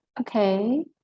Okay